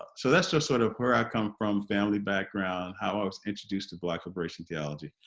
so that's just sort of where i come from, family background, how i was introduced to black liberation theology,